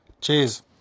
Cheers